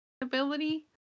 ability